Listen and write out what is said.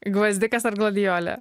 gvazdikas ar gladiolė